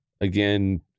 again